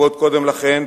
ועוד קודם לכן,